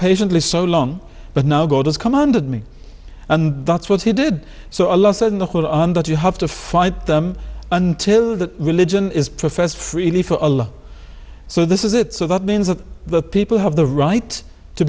patiently so long but now god has commanded me and that's what he did so a lot said in the hall and that you have to fight them until that religion is professed freely for so this is it so that means of the people have the right to